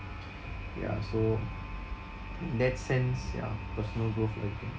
ya so in that sense ya personal growth again